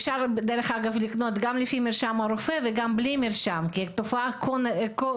אפשר לקנות את זה גם בלי מרשם כי זו תופעה כה נפוצה,